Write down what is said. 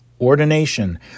Ordination